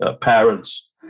parents